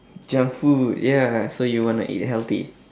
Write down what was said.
junk food ya so you want to eat healthy